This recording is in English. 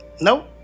Nope